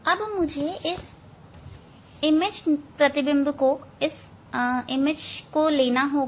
अब मुझे इस सुई प्रतिबिंब को लेना होगा